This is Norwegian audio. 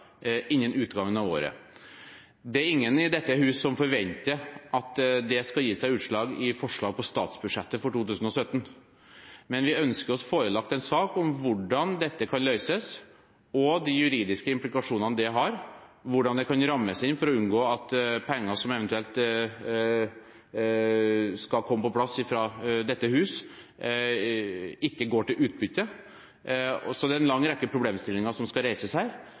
innen utgangen av året. Det er ingen i dette hus som forventer at det skal gi seg utslag i forslag på statsbudsjettet for 2017, men vi ønsker oss forelagt en sak om hvordan dette kan løses, de juridiske implikasjonene det har og hvordan dette kan rammes inn for å unngå at penger som eventuelt skal komme på plass fra dette hus, ikke går til utbytte. Så det er en lang rekke problemstillinger som skal